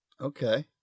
Okay